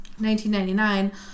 1999